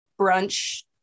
brunch